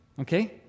okay